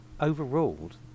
overruled